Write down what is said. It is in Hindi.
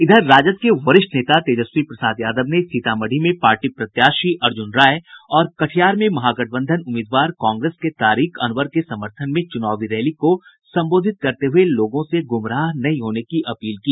इधर राजद के वरिष्ठ नेता तेजस्वी प्रसाद यादव ने सीतामढ़ी में पार्टी प्रत्याशी अर्जुन राय और कटिहार में महागठबंधन उम्मीदवार कांग्रेस के तारिक अनवर के समर्थन में चुनावी रैली को संबोधित करते हुए लोगों से गुमराह नहीं होने की अपील की